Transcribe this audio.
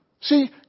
See